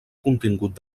contingut